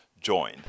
join